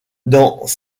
dans